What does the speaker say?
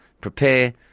prepare